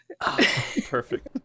Perfect